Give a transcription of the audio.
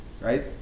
right